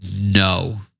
No